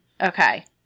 Okay